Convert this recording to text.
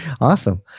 Awesome